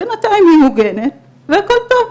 בינתיים היא מוגנת והכל טוב.